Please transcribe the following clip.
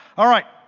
all right.